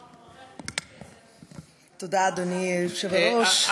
תודה, אדוני היושב-ראש.